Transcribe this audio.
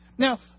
Now